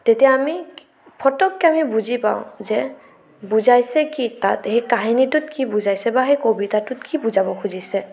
তেতিয়া আমি ফটককৈ আমি বুজি পাওঁ যে বুজাইছে কি তাত সেই কাহিনীটোত কি বুজাইছে বা সেই কবিতাটোত কি বুজাব খুজিছে